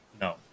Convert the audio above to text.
no